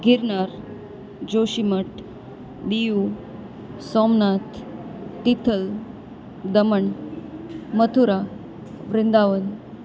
Girnar Joshimath Diu Somnath Tithal Daman Mathura Vrindavan